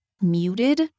muted